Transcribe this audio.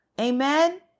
Amen